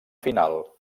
final